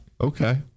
Okay